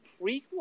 prequel